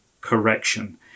correction